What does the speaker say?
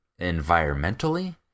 environmentally